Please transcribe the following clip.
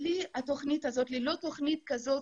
ללא תוכנית כזאת,